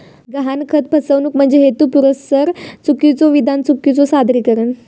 गहाणखत फसवणूक म्हणजे हेतुपुरस्सर चुकीचो विधान, चुकीचो सादरीकरण